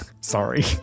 Sorry